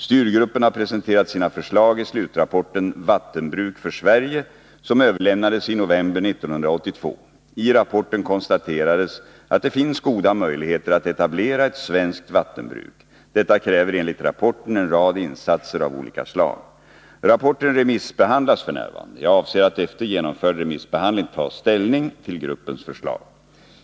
Styrgruppen har presenterat sina förslag i slutrapporten Vattenbruk för Sverige, som överlämnades i november 1982. I rapporten konstaterades att det finns goda möjligheter att etablera ett svenskt vattenbruk. Detta kräver enligt rapporten en rad insatser av olika slag. Rapporten remissbehandlas f. n. Jag avser att efter genomförd remissbehandling ta ställning till gruppens förslag.